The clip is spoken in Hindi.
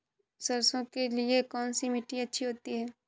सरसो के लिए कौन सी मिट्टी अच्छी होती है?